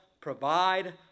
provide